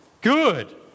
Good